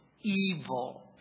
evil